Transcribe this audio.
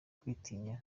kwitinya